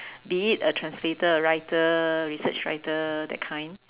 be it a translator a writer research writer that kind